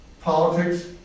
politics